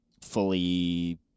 fully